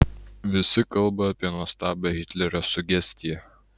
visi kalba apie nuostabią hitlerio sugestiją